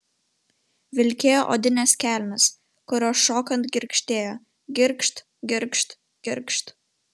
vilkėjo odines kelnes kurios šokant girgždėjo girgžt girgžt girgžt